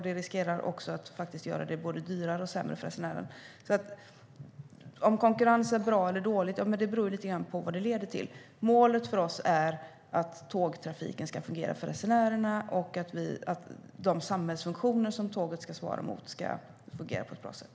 Det riskerar också att göra det både dyrare och sämre för resenärerna. Om konkurrens är bra eller dåligt beror lite grann på vad det leder till. Målet för oss är att tågtrafiken ska fungera för resenärerna och att de samhällsfunktioner som tåget ska svara mot fungerar på ett bra sätt.